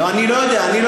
אני לא יודע,